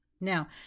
now